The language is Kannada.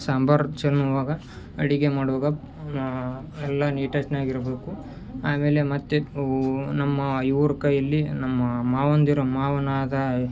ಸಾಂಬಾರು ಚೆಲ್ಲುವಾಗ ಅಡುಗೆ ಮಾಡುವಾಗ ಎಲ್ಲ ನೀಟೆಸ್ನಾಗಿರಬೇಕು ಆಮೇಲೆ ಮತ್ತು ನಮ್ಮ ಇವ್ರ ಕೈಯಲ್ಲಿ ನಮ್ಮ ಮಾವಂದಿರು ಮಾವನಾದ